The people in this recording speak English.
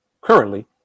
currently